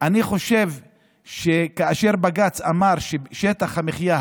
אני חושב שכאשר בג"ץ דיבר על שטח המחיה,